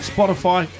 Spotify